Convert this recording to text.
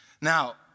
Now